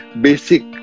basic